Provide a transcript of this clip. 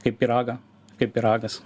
kaip pyragą kaip pyragas